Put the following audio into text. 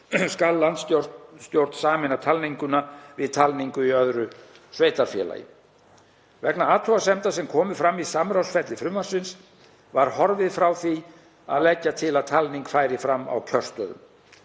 skal landskjörstjórn sameina talninguna við talningu í öðru sveitarfélagi. Vegna athugasemda sem komu fram í samráðsferli frumvarpsins var horfið frá því að leggja til að talning færi fram á kjörstöðum.